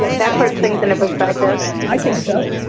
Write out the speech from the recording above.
that puts things into perspective. i think so.